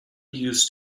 used